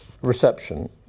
reception